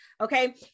okay